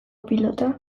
pilota